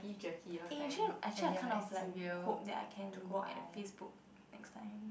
eh actually actually kind of like hope that I can work at FaceBook next time